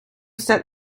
set